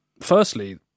firstly